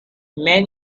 man